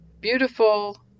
beautiful